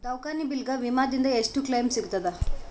ದವಾಖಾನಿ ಬಿಲ್ ಗ ವಿಮಾ ದಿಂದ ಎಷ್ಟು ಕ್ಲೈಮ್ ಸಿಗತದ?